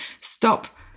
stop